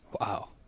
Wow